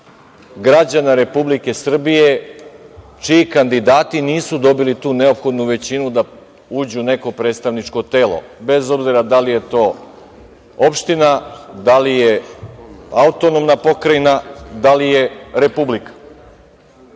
građana Republike Srbije čiji kandidati nisu dobili tu neophodnu većinu da uđu u neko predstavničko telo, bez obzira da li je to opština, da li je AP, da li je republika?